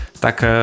tak